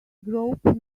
group